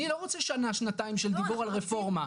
אני לא רוצה שנה שנתיים של דיבור על רפורמה,